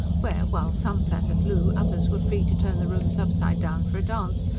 where, while some sat at loo, others were free to turn the rooms upside-down for a dance,